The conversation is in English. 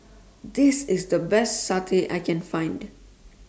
This IS The Best Satay that I Can Find